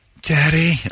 daddy